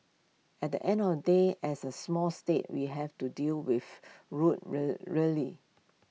at the end or day as A small state we have to deal with rude really